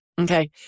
Okay